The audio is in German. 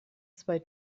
zwei